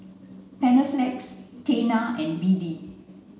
Panaflex Tena and B D